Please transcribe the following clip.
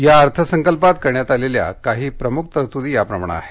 या अर्थसंकल्पात करण्यात आलेल्या काही प्रमुख तरतूदी याप्रमाणं आहेत